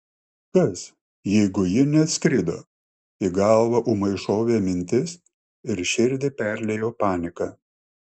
kas jeigu ji neatskrido į galvą ūmai šovė mintis ir širdį perliejo panika